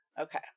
Okay